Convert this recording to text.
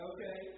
Okay